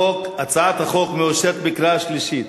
הצעת החוק מאושרת בקריאה שלישית.